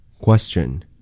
Question